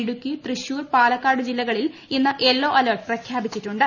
ഇടുക്കി തൃശൂർ പാലക്കാട് ജില്ലകളിൽ ഇന്ന് yellow alert പ്രഖ്യാപിച്ചിട്ടുണ്ട്